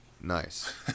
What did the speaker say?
nice